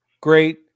great